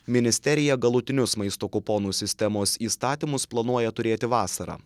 ministerija galutinius maisto kuponų sistemos įstatymus planuoja turėti vasarą